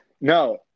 No